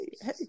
hey